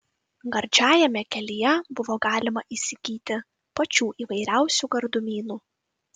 gardžiajame kelyje buvo galima įsigyti pačių įvairiausių gardumynų